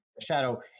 Shadow